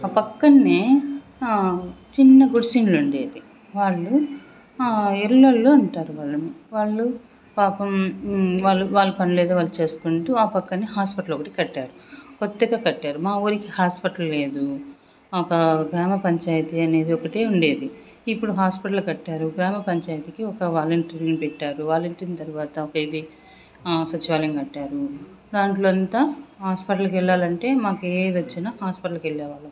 ఆ పక్కనే చిన్న గుడిసెలు ఉండేది వాళ్లు ఇళ్లల్లో ఉంటారు వాళ్లు వాళ్లు పాపం వాళ్లు వాళ్లు పనిలేదో వాళ్లు చేసుకుంటూ ఆ పక్కనే హాస్పిటల్ ఒకటి కట్టారు కొత్తగా కట్టారు మా ఊర్లో హాస్పిటల్ లేదు మాకు గ్రామపంచాయతీ అనేది ఒకటి ఉండేది ఇప్పుడు హాస్పిటల్ కట్టారు గ్రామపంచాయతీకి ఒక వాలంటీర్లను పెట్టారు వాలంటీర్లను ఒక ఇది సచివాలయం కట్టారు దాంట్లో అంతా హాస్పిటల్కి వెళ్ళాలంటే మాకు ఏది వచ్చిన హాస్పిటల్కి వెళ్ళేవాళ్లం